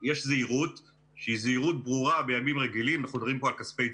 זה נחמד מאוד שמעבירים ככה בקלות חוק להעביר